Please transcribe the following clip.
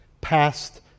past